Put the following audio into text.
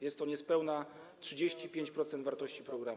Jest to niespełna 35% wartości programu.